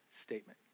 statement